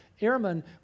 airmen